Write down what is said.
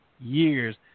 years